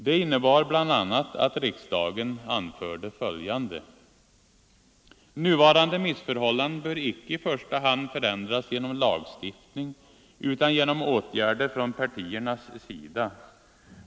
Det innebar bl.a. att riksdagen anförde följande: ”Nuvarande missförhållande bör icke i första hand förändras genom lagstiftning utan genom åtgärder från partiernas sida.